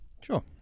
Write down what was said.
Sure